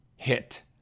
Hit